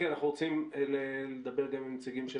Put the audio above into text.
כי אנחנו רוצים לדבר גם נציגים של האוצר.